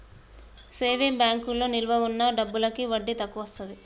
saving బ్యాంకులో నిలవ ఉన్న డబ్బులకి వడ్డీ తక్కువొస్తది